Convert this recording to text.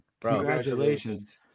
congratulations